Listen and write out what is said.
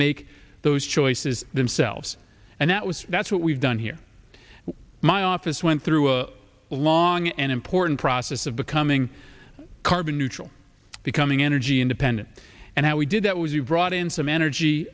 make those choices themselves and that was that's what we've done here my office went through a long and important process of becoming carbon neutral becoming energy independent and how we did that was you brought in some energy